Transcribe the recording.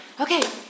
okay